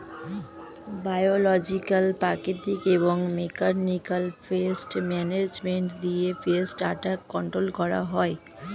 biological, প্রাকৃতিক এবং mechanical pest management দিয়ে পেস্ট অ্যাটাক কন্ট্রোল করা হয়